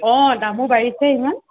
অঁ দামো বাঢ়িছে ইমান